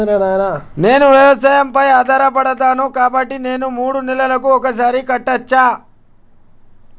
నేను వ్యవసాయం పై ఆధారపడతాను కాబట్టి నేను మూడు నెలలకు ఒక్కసారి కట్టచ్చా?